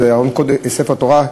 וזה היה ספר תורה,